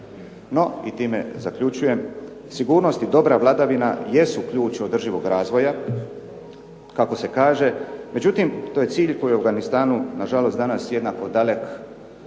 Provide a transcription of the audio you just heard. No, i time zaključujem, sigurnost i dobra vladavina jesu ključ održivog razvoja kako se kaže, međutim to je cilj koji je u Afganistanu nažalost danas jednako dalek kao i